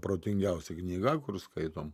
protingiausia knyga kur skaitom